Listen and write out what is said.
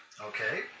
Okay